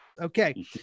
Okay